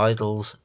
Idols